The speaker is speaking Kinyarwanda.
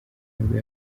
nibwo